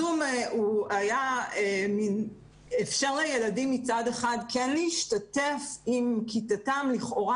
הזום אפשר לילדים מצד אחד כן להשתתף עם כיתתם לכאורה.